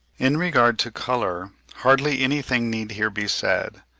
in regard to colour, hardly anything need here be said,